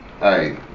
hey